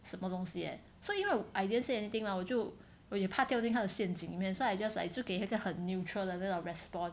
什么东西 eh 所以 I didn't say anything lah 我就我也怕掉进他的陷阱里面 so I just like 就给一个很 neutral 的那种 response